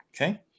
Okay